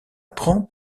prend